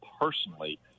personally